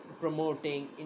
promoting